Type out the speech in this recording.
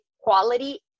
quality